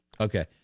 Okay